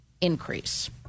increase